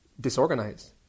disorganized